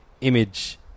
image